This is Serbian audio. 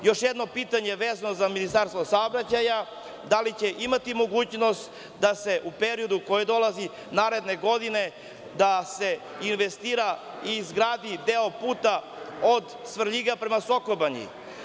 Još jedno pitanje je vezano za Ministarstvo saobraćaja – da li će biti mogućnosti da se u periodu koji dolazi naredne godine investira i izgradi deo puta od Svrljiga prema Sokobanji?